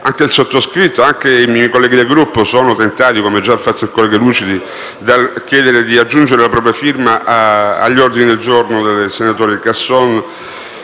anche il sottoscritto e gli altri colleghi del Gruppo sono tentati, come ha fatto il collega Lucidi, di chiedere di aggiungere la propria firma agli ordini del giorno G2.101 (testo